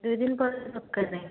ଦୁଇଦିନ ପରେ ଦରକାର